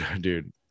dude